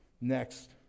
Next